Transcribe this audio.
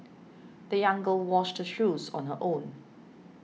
the young girl washed her shoes on her own